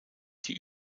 die